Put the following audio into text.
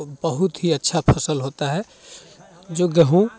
वो बहुत ही अच्छा फसल होता है जो गेहूँ